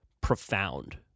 profound